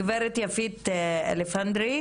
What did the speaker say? גברת יפית אלפנדרי,